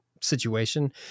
situation